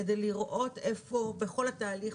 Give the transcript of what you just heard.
כדי לראות איפה בכל התהליך,